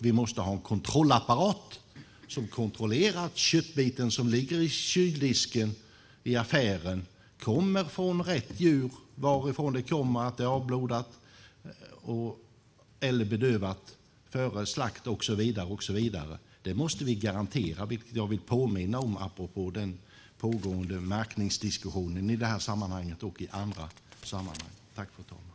Vi måste ha en kontrollapparat som kontrollerar att köttbiten som ligger i kyldisken i affären kommer från rätt djur, varifrån djuret kommer, att det är avblodat eller bedövat före slakt och så vidare. Det måste vi garantera, vilket jag vill påminna om apropå den pågående märkningsdiskussionen i det här sammanhanget och i andra sammanhang.